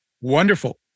Wonderful